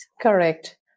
Correct